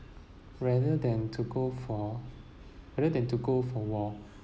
rather than to go for rather than to go for war